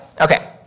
okay